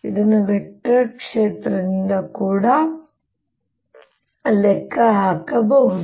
ಇದನ್ನು ವೆಕ್ಟರ್ ಕ್ಷೇತ್ರದಿಂದ ಕೂಡ ಲೆಕ್ಕ ಹಾಕಬಹುದು